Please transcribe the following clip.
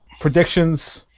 Predictions